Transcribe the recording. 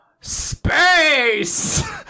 SPACE